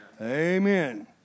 Amen